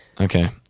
Okay